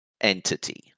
entity